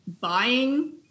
buying